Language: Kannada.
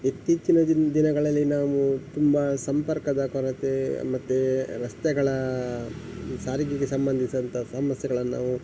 ಇತ್ತೀಚಿನ ದಿನ ದಿನಗಳಲ್ಲಿ ನಾವು ತುಂಬಾ ಸಂಪರ್ಕದ ಕೊರತೆ ಮತ್ತೆ ರಸ್ತೆಗಳ ಈ ಸಾರಿಗೆಗೆ ಸಂಬಂಧಿಸಿದಂತ ಸಮಸ್ಯೆಗಳನ್ನು ನಾವು